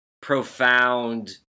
profound